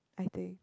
I think